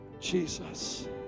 Jesus